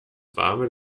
warme